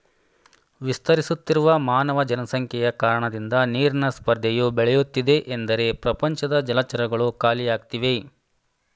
ವಿಸ್ತರಿಸುತ್ತಿರುವ ಮಾನವ ಜನಸಂಖ್ಯೆಯ ಕಾರಣದಿಂದ ನೀರಿನ ಸ್ಪರ್ಧೆಯು ಬೆಳೆಯುತ್ತಿದೆ ಎಂದರೆ ಪ್ರಪಂಚದ ಜಲಚರಗಳು ಖಾಲಿಯಾಗ್ತಿವೆ